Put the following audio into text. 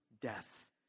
death